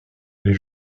les